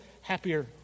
happier